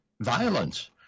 Violence